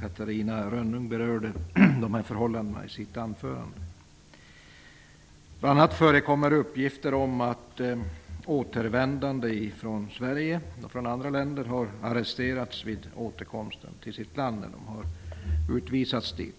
Catarina Rönnung berörde de förhållandena i sitt anförande. Det förekommer bl.a. uppgifter om att återvändande från Sverige och från andra länder har arresterats vid återkomsten till sitt land när de har utvisats dit.